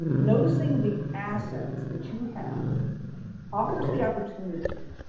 noticing the assets that you have offers the opportunity,